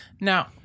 Now